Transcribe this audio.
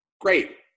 great